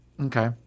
Okay